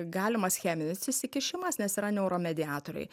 galimas cheminis įsikišimas nes yra neuromediatoriai